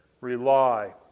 Rely